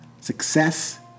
success